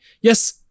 yes